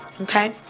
Okay